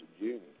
june